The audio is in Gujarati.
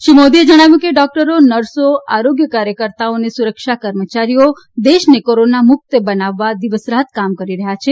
શ્રી મોદીએ જણાવ્યું કે ડોકટરો નર્સો આરોગ્ય કાર્યકર્તાઓ અને સુરક્ષા કર્મચારીઓ દેશને કોરોના મુકત બનાવવા દિવસ રાત કામ કરી રહયાં છે